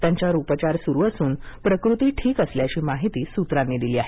त्यांच्यावर उपचार सुरू असून त्यांची प्रकृती ठीक असल्याची माहिती सूत्रांनी दिली आहे